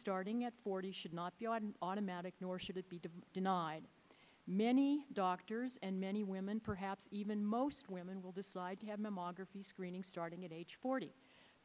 starting at forty should not be automatic nor should it be denied many doctors and many women perhaps even most women will decide to have mammography screening starting at age forty